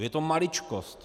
Je to maličkost.